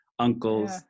uncles